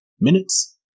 minutes